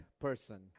person